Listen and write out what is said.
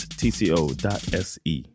tco.se